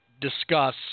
discuss